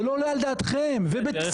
זה לא עולה על דעתכם, ובצדק.